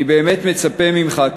אני באמת מצפה ממך,